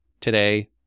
today